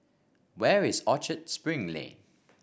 where is Orchard Spring Lane